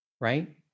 right